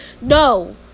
No